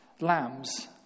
lambs